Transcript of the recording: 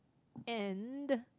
and